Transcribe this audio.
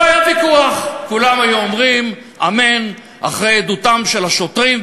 לא היה ויכוח: כולם היו אומרים אמן אחרי עדותם של השוטרים,